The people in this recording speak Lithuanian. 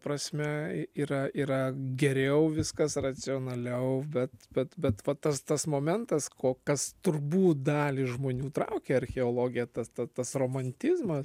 prasme yra yra geriau viskas racionaliau bet bet bet va tas tas momentas ko kas turbūt dalį žmonių traukia archeologija tas ta tas romantizmas